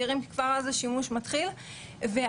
הצלחת להכניס המון בשלוש דקות.